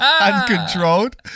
Uncontrolled